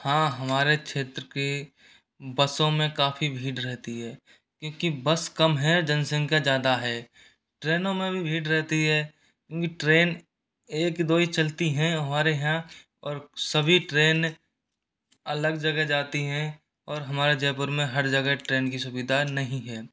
हाँ हमारे क्षेत्र के बसों में काफ़ी भीड़ रहती है क्यूंकि बस कम है जनसंख्या ज़्यादा है ट्रेनों में भी भीड़ रहती है उनकी ट्रेन एक दो ही चलती हैं हमारे यहाँ और सभी ट्रेन अलग जगह जाती हैं और हमारा जयपुर में हर जगह ट्रेन की सुविधा नहीं हैं